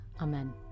Amen